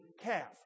calf